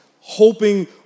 hoping